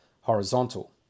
horizontal